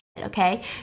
okay